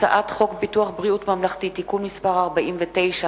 הצעת חוק ביטוח בריאות ממלכתי (תיקון מס' 49),